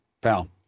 pal